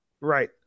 Right